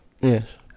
Yes